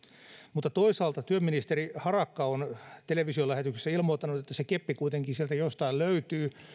mutta toisaalta työministeri harakka on televisiolähetyksessä ilmoittanut että se keppi kuitenkin sieltä jostain löytyy